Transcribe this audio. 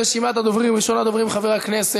אני הרי מדבר בעל-פה,